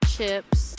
Chips